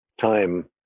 time